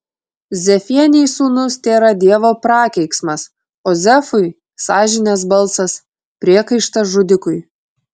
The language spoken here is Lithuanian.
zefienei sūnus tėra dievo prakeiksmas o zefui sąžinės balsas priekaištas žudikui